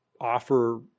offer